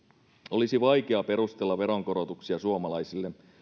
olisi vaikea perustella veronkorotuksia suomalaisille